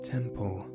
Temple